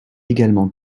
également